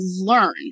learn